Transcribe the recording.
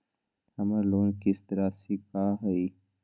हमर लोन किस्त राशि का हई?